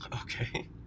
okay